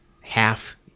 half